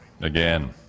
again